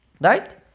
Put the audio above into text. right